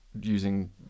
using